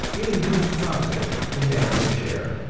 in whose profits they have no share,